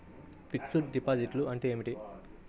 Fixed డిపాజిట్లు అంటే ఏమిటి?